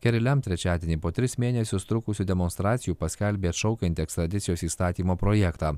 keri lem trečiadienį po tris mėnesius trukusių demonstracijų paskelbė atšaukianti ekstradicijos įstatymo projektą